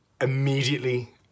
immediately